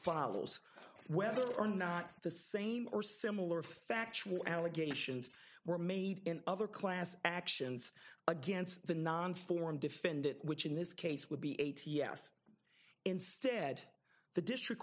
follows whether or not the same or similar factual allegations were made in other class actions against the non form defend it which in this case would be a ts instead the district